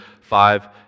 five